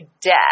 Death